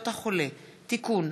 הצעת חוק זכויות החולה (תיקון,